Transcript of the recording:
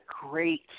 great